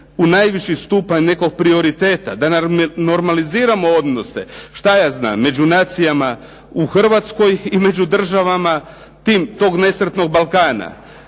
u najviši stupanj nekog prioriteta da normaliziramo odnose među nacijama u Hrvatskoj i među državama tog nesretnog Balkana.